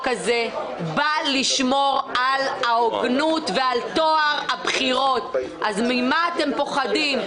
הזה בא לשמור על ההוגנות ועל טוהר הבחירות אז ממה אתם פוחדים?